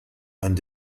and